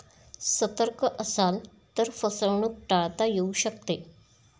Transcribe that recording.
सतर्क असाल तर फसवणूक टाळता येऊ शकते